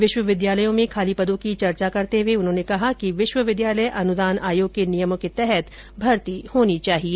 विश्वविद्यालयों में खाली पदों की चर्चा करते हुए उन्होंने कहा कि विश्वविद्यालय अनुदान आयोग के नियमों के तहत भर्ती होनी चाहिए